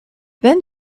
then